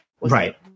Right